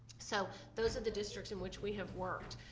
so those are the districts in which we have worked.